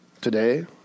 today